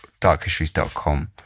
darkhistories.com